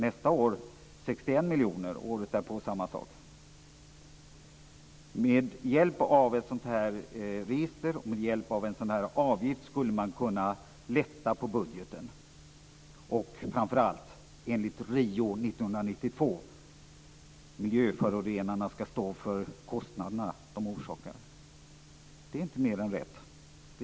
Nästa år är det 61 miljoner och året därpå lika mycket. Med hjälp av ett register och en avgift skulle man kunna lätta på budgeten. Framför allt skall enligt Riokonferensen 1992 miljöförorenarna stå för de kostnader som de orsakar. Det är inte mer än rätt.